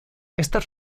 estas